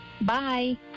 bye